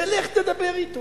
תלך תדבר אתו.